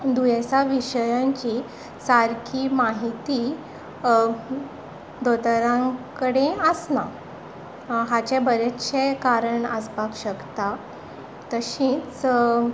दुयेंसां विशयांची सारकी म्हायती दोतोरां कडेन आसना हाचे बरेचशें कारण आसपाक शकता तशींच